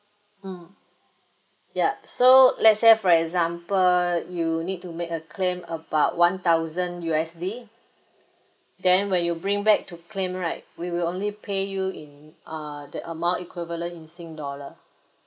mm yup so let's say for example you need to make a claim about one thousand U_S_D then when you bring back to claim right we will only pay you in uh the amount equivalent in sing dollar